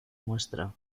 muestra